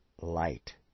light